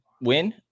win